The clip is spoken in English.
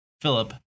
Philip